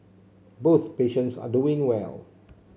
both patients are doing well